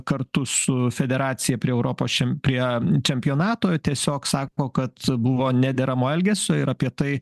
kartu su federacija prie europos šiam prie čempionato tiesiog sako kad buvo nederamo elgesio ir apie tai